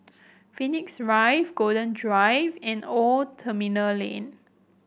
Phoenix Rise Golden Drive and Old Terminal Lane